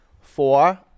Four